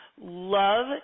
love